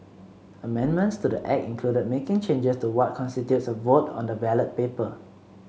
Amendments to the Act included making changes to what constitutes a vote on the ballot paper